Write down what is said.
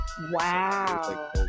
wow